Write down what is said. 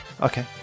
Okay